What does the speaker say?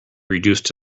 reduced